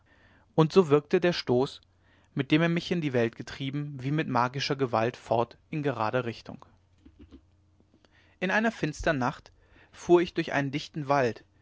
und so wirkte der stoß mit dem er mich in die welt getrieben wie mit magischer gewalt fort in gerader richtung in einer finstern nacht fuhr ich durch einen dichten wald